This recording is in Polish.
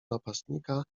napastnika